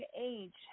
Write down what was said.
age